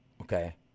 okay